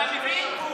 אתה מבין?